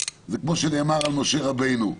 זה כמו שנאמר על משה רבינו: